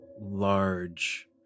large